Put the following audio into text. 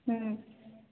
ହୁଁ